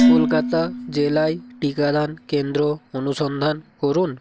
কলকাতা জেলায় টিকাদান কেন্দ্র অনুসন্ধান করুন